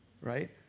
right